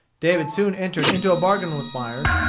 david soon entered into a bargain with myers,